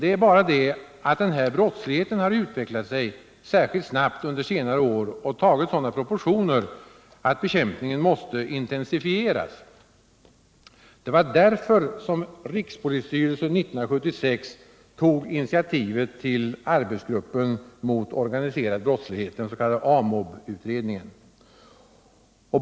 Det är bara det att denna brottslighet har utvecklat sig särskilt snabbt under senare år och tagit sådana proportioner att bekämpningen måste intensifieras. Det var därför rikspolisstyrelsen 1976 tog initiativet till arbetsgruppen mot organiserad brottslighet, den s.k. AMOB-utredningen.